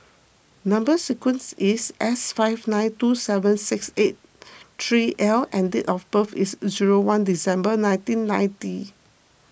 Number Sequence is S five nine two seven six eight three L and date of birth is zero one December nineteen ninety